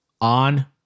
on